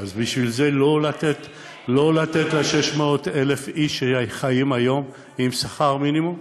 בשביל זה לא לתת ל-600,000 איש שחיים היום משכר מינימום?